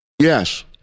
Yes